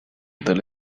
del